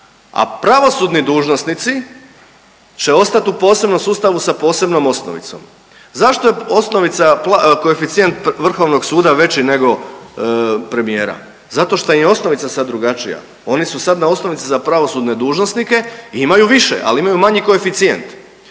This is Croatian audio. a pravosudni dužnosnici će ostati u posebnom sustavu sa posebnom osnovicom. Zašto je osnovica, koeficijent Vrhovnog suda veći nego premijera? Zato što je i osnovica sad drugačija. Oni su sad na osnovici za pravosudne dužnosnike i imaju više, ali imaju manji koeficijent.